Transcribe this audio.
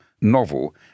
novel